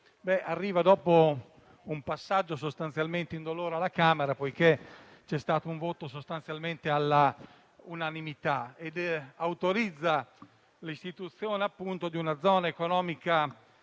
arriva dopo un passaggio sostanzialmente indolore alla Camera, poiché c'è stato un voto sostanzialmente alla unanimità, e autorizza l'istituzione di una zona economica esclusiva